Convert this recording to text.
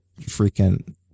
freaking